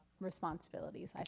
responsibilities